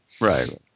Right